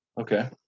okay